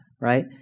right